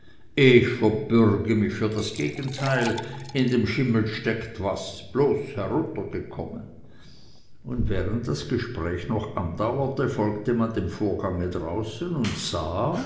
ich verbürge mich für das gegenteil in dem schimmel steckt was bloß heruntergekommen und während das gespräch noch andauerte folgte man dem vorgange draußen und sah